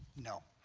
no,